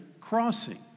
crossing